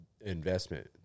investment